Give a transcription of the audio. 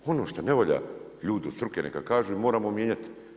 Ono što ne valja ljudi od struke neka kažu i moramo mijenjati.